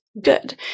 good